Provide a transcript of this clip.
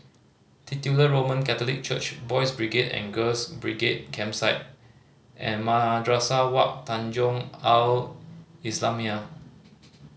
Titular Roman Catholic Church Boys' Brigade and Girls' Brigade Campsite and Madrasah Wak Tanjong Al Islamiah